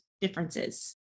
differences